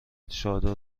چادر